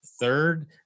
Third